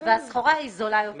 והסחורה היא זולה יותר.